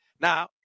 Now